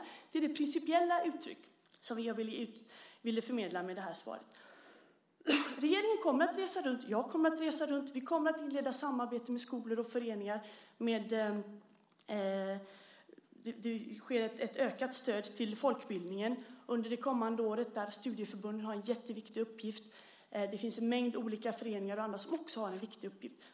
Det är det principiella uttryck som jag ville förmedla med det här svaret. Regeringen kommer att resa runt. Jag kommer att resa runt. Vi kommer att inleda samarbete med skolor och föreningar. Det ges ett ökat stöd till folkbildningen under det kommande året, och där har studieförbunden en jätteviktig uppgift. Det finns en mängd olika föreningar och andra som också har en viktig uppgift.